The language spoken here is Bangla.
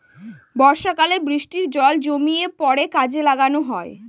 বর্ষাকালে বৃষ্টির জল জমিয়ে পরে কাজে লাগানো হয়